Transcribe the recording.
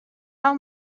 how